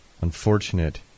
unfortunate